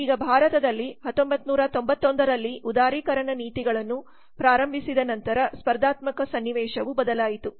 ಈಗ ಭಾರತದಲ್ಲಿ 1991 ರಲ್ಲಿ ಉದಾರೀಕರಣ ನೀತಿಗಳನ್ನು ಪ್ರಾರಂಭಿಸಿದ ನಂತರ ಸ್ಪರ್ಧಾತ್ಮಕ ಸನ್ನಿವೇಶವು ಬದಲಾಯಿತು